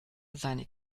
seine